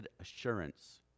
assurance